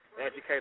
educate